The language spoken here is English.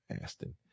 Aston